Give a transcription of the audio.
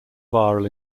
viral